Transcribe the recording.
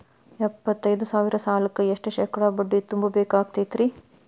ಎಪ್ಪತ್ತೈದು ಸಾವಿರ ಸಾಲಕ್ಕ ಎಷ್ಟ ಶೇಕಡಾ ಬಡ್ಡಿ ತುಂಬ ಬೇಕಾಕ್ತೈತ್ರಿ?